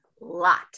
lot